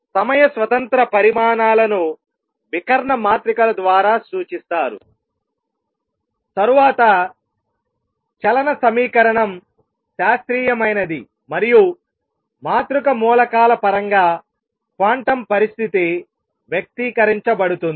సమయ స్వతంత్ర పరిమాణాలను వికర్ణ మాత్రికల ద్వారా సూచిస్తారు తరువాత చలన సమీకరణం శాస్త్రీయమైనది మరియు మాతృక మూలకాల పరంగా క్వాంటం పరిస్థితి వ్యక్తీకరించబడుతుంది